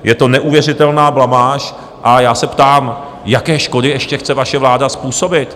Je to neuvěřitelná blamáž a já se ptám, jaké škody ještě chce vaše vláda způsobit.